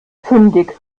fündig